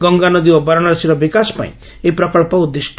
ଗଙ୍ଗାନଦୀ ଓ ବାରାଣାସୀର ବିକାଶ ପାଇଁ ଏହି ପ୍ରକଳ୍ପ ଉଦ୍ଦିଷ୍ଟ